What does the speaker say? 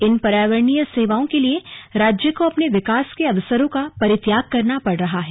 इन पर्यावरणीय सेवाओं के लिए राज्य को अपने विकास के अवसरों का परित्याग करना पड़ रहा है